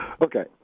Okay